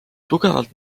tugevalt